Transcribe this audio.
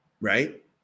right